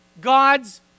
God's